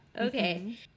okay